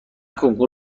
کنکور